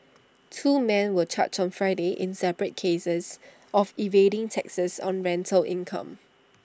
two men were charged on Friday in separate cases of evading taxes on rental income